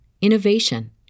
innovation